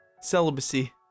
celibacy